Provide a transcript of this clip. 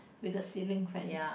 with the ceiling fans